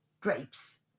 drapes